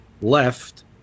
left